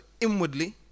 inwardly